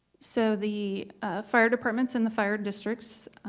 so the fire departments and the fire districts,